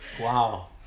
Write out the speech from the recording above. wow